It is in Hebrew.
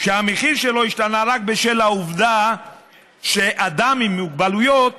שהמחיר שלו השתנה רק בשל העובדה שאדם עם מוגבלויות